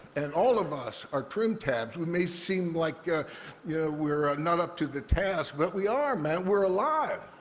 and all of us are trim tabs. we may seem like ah yeah we're not up to the task, but we are, man. we're alive.